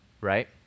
right